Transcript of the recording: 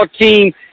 team